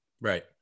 Right